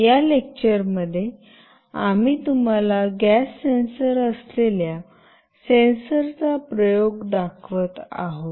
या लेक्चरमध्ये आम्ही तुम्हाला गॅस सेन्सर असलेल्या सेन्सरचा प्रयोग दाखवत आहोत